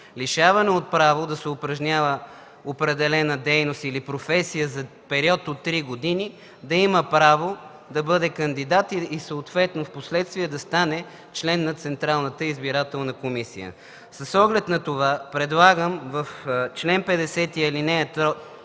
лишаване от право да се упражнява определена дейност или професия за период от 3 години, да има право да бъде кандидат или съответно впоследствие да стане член на Централната избирателна комисия. С оглед на това предлагам в чл. 50, ал. 3,